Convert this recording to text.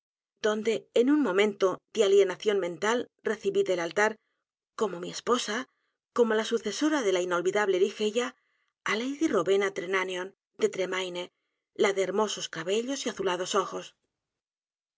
donde en un momento dé alienación mental recibí del altar como mi esposa como la sucesora de la inolvidable ligeia á lady rowena trenanion de tremaine la de hermosos cabellos y azulados ojos